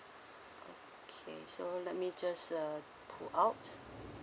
okay so let me just uh pull out